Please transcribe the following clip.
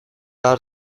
are